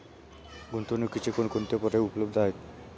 गुंतवणुकीचे कोणकोणते पर्याय उपलब्ध आहेत?